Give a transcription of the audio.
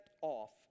off